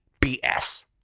BS